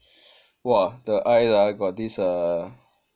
!wah! the eyes ah got this uh